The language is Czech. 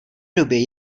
době